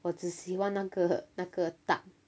我只喜欢那个那个 tart